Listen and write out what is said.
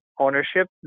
ownership